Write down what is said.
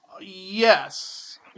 Yes